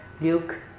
Luke